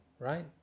Right